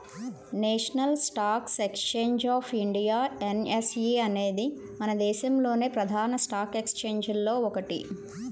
national stock exchange of India NSE అనేది మన దేశంలోని ప్రధాన స్టాక్ ఎక్స్చేంజిల్లో ఒకటి